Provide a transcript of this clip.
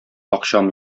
акчам